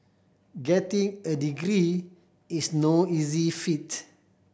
getting a degree is no easy feat